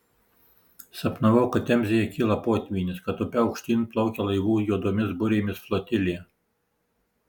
sapnavau kad temzėje kyla potvynis kad upe aukštyn plaukia laivų juodomis burėmis flotilė